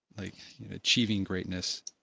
like achieving greatness.